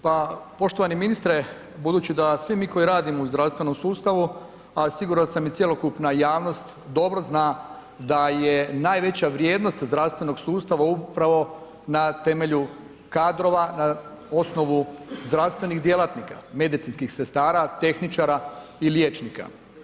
Pa poštovani ministre, budući da svi mi koji radimo u zdravstvenom sustavu a siguran sam i cjelokupna javnost dobro zna da je najveća vrijednost zdravstvenog sustava upravo na temelju kadrova na osnovu zdravstvenih djelatnika, medicinskih sestara, tehničara i liječnika.